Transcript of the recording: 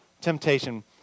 Temptation